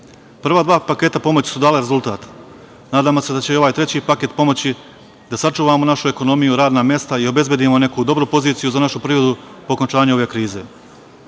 dva paketa pomoći su dala rezultat, a nadamo se da će i ovaj treći paket pomoći, da sačuvamo našu ekonomiju, radna mesta i obezbedimo neku dobru poziciju za našu privredu po okončanju ove krize. Srbija